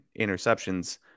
interceptions